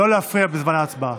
לא להפריע בזמן ההצבעה.